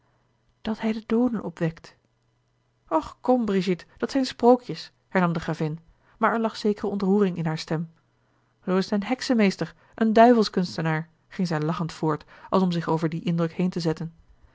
dat hij de dooden opwekt och kom brigitte dat zijn sprookjes hernam de gravin maar er lag zekere ontroering in hare stem zoo is t een heksenmeester een duivelskunstenaar ging zij lachend voort als om zich over dien indruk heen te zetten